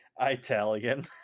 italian